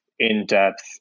In-depth